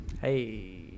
Hey